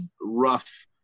rough